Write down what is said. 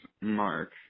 Mark